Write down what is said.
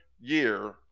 year